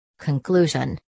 Conclusion